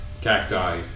cacti